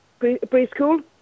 preschool